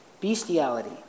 bestiality